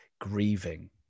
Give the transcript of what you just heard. grieving